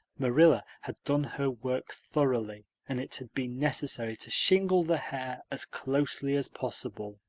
marilla had done her work thoroughly and it had been necessary to shingle the hair as closely as possible